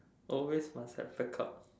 always must have backup